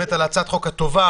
על הצעת החוק הטובה,